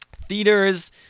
theaters